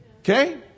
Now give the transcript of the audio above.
Okay